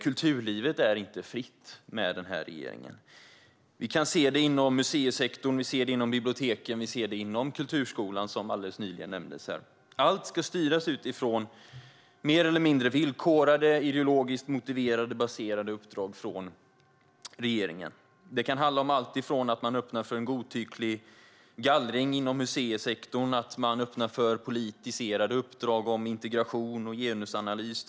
Kulturlivet är inte fritt med den här regeringen. Vi kan se det inom museisektorn. Vi ser det inom biblioteken och kulturskolan, som alldeles nyligen nämndes här. Allt ska styras utifrån mer eller mindre villkorade, ideologiskt motiverade och baserade uppdrag från regeringen. Det kan handla om alltifrån att man öppnar för en godtycklig gallring inom museisektorn till politiserade uppdrag om integration och genusanalys.